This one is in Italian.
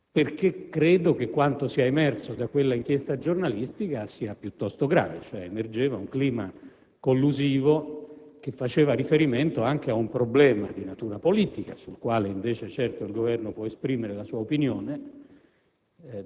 perché credo che quanto è emerso da quella inchiesta giornalistica sia piuttosto grave. Emergeva, cioè, un clima collusivo, che faceva riferimento anche ad un problema di natura politica sul quale, invece, certo il Governo può esprimere la sua opinione: